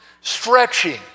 Stretching